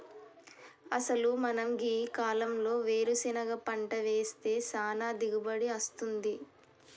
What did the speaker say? అసలు మనం గీ కాలంలో వేరుసెనగ పంట వేస్తే సానా దిగుబడి అస్తుంది